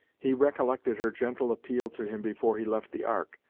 he recollected her gentle appeal to him before he left the ark,